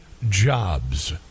Jobs